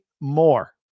more